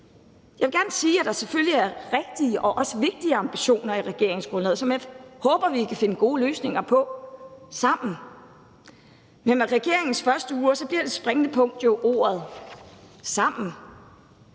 Jeg vil gerne sige, at der selvfølgelig er rigtige og også vigtige ambitioner i regeringsgrundlaget, som jeg håber vi kan finde gode løsninger om sammen, men med regeringens første uger bliver det springende punkt jo ordet sammen.